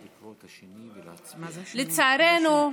לצערנו,